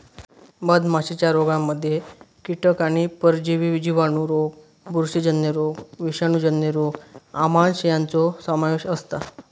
मधमाशीच्या रोगांमध्ये कीटक आणि परजीवी जिवाणू रोग बुरशीजन्य रोग विषाणूजन्य रोग आमांश यांचो समावेश असता